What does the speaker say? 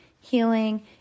healing